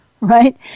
right